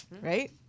right